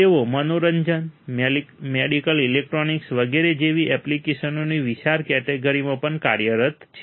તેઓ મનોરંજન medical electronics વગેરે જેવી એપ્લિકેશનની વિશાળ કેટેગરીમાં પણ કાર્યરત છે